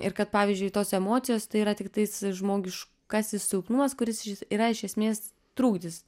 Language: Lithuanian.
ir kad pavyzdžiui tos emocijos tai yra tiktais žmogiškasis silpnumas kuris yra iš esmės trukdis